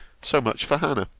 so much for hannah.